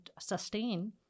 sustain